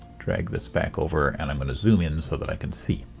drag this back over and i'm going to zoom in so that i can see.